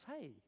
hey